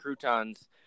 croutons